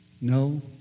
No